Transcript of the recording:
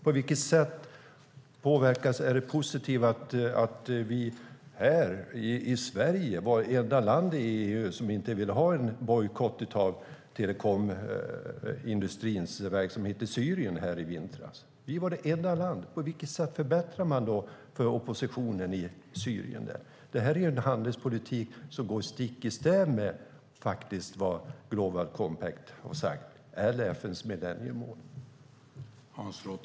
På vilket sätt är det positivt att Sverige var det enda land i EU som inte ville ha en bojkott av telekomindustrins verksamhet i Syrien i vintras? På vilket sätt förbättrar man då för oppositionen i Syrien? Detta är en handelspolitik som går stick i stäv med FN:s millenniemål och vad Global Compact har sagt.